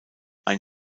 ein